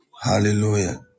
Hallelujah